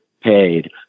paid